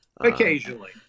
occasionally